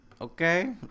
Okay